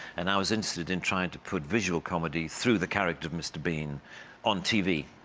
and i was interested in trying to put visual comedy through the character of mr. bean on tv.